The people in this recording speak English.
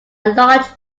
large